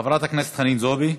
חברת הכנסת חנין זועבי.